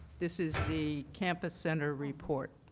this is the campus center report.